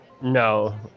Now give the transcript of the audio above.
No